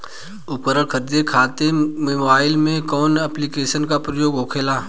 उपकरण खरीदे खाते मोबाइल में कौन ऐप्लिकेशन का उपयोग होखेला?